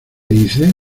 dice